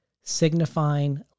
signifying